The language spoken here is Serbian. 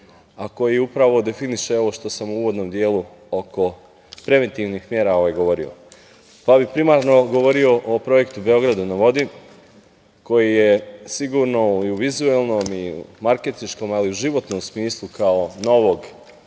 a koji upravo definiše ovo što sam u uvodnom delu oko preventivnih mera govorio. Primarno bih govorio o Projektu „Beograd na vodi“ koji je sigurno i u vizuelnom i u marketinškom, ali i u životnom smislu kao novog